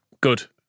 Good